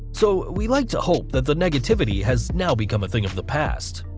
so we'd like to hope that the negativity has now become a thing of the past.